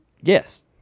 yes